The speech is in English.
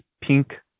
pink